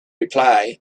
reply